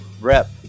rep